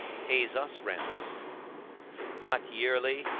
pays us rents not yearly,